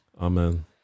Amen